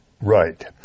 right